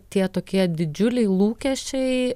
tie tokie didžiuliai lūkesčiai